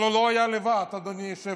אבל הוא לא היה לבד, אדוני היושב-ראש.